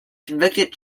convicted